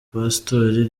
pastori